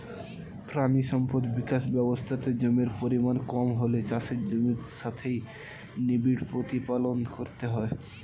প্রাণী সম্পদ বিকাশ ব্যবস্থাতে জমির পরিমাণ কম হলে চাষের জমির সাথেই নিবিড় প্রতিপালন করতে হয়